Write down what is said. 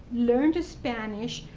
learned spanish,